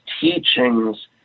teachings